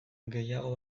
gehiago